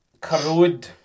corrode